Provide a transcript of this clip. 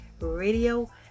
Radio